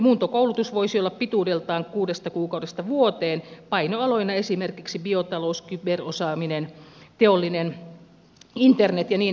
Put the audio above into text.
muuntokoulutus voisi olla pituudeltaan kuudesta kuukaudesta vuoteen painoaloina esimerkiksi biotalous kyberosaaminen teollinen internet ja niin edelleen